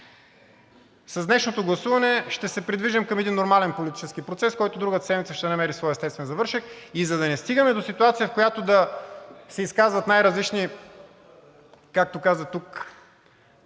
С днешното гласуване ще се придвижим към един нормален политически процес, който другата седмица ще намери своя естествен завършек. За да не стигаме в ситуация, в която да се изказват най-различни, както каза тук